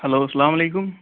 hello السلام علیکُم